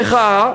המחאה,